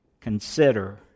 consider